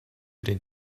den